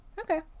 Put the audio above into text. Okay